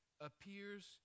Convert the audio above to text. appears